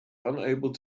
unable